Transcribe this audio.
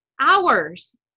hours